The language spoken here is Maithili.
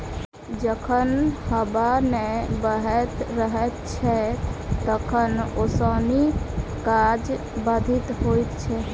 जखन हबा नै बहैत रहैत छै तखन ओसौनी काज बाधित होइत छै